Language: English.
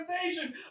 organization